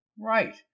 Right